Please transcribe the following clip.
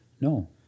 No